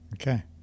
Okay